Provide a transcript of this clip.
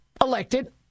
elected